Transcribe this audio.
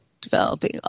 developing